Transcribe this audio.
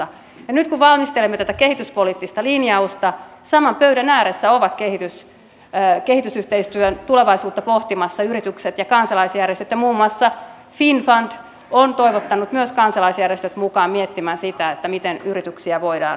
nyt kun valmistelemme tätä kehityspoliittista linjausta saman pöydän ääressä ovat kehitysyhteistyön tulevaisuutta pohtimassa yritykset ja kansalaisjärjestöt ja muun muassa finnfund on toivottanut myös kansalaisjärjestöt mukaan miettimään sitä miten yrityksiä voidaan tällä tärkeällä työllä auttaa